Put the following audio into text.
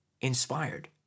inspired